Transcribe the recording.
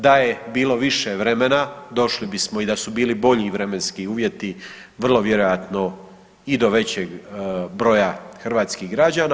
Da je bilo više vremena došli bismo i da su bili bolji vremenski uvjeti, vrlo vjerojatno i do većeg broja hrvatskih građana.